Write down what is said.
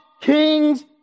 kings